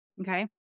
Okay